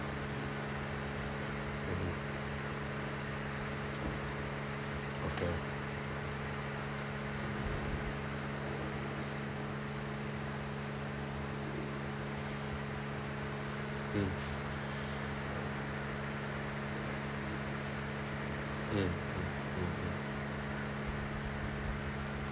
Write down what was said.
ready okay mm mm mm mm mm